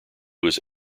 was